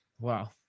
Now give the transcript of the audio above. Wow